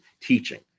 teaching